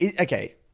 okay